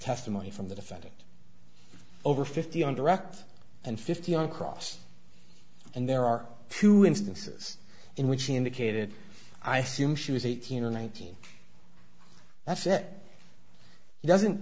testimony from the defendant over fifty on direct and fifty on cross and there are two instances in which he indicated i assume she was eighteen or nineteen thats it she doesn't